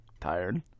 tired